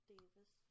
Davis